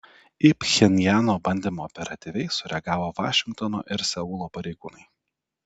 į pchenjano bandymą operatyviai sureagavo vašingtono ir seulo pareigūnai